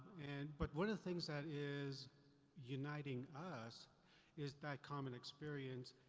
and, but one of the things that is uniting us is that common experience,